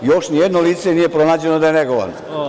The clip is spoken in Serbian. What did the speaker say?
Još nijedno lice nije pronađeno da je negovano.